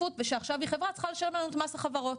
ועכשיו כשהיא חברה היא צריכה לשלם לנו את מס החברות.